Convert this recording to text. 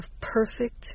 perfect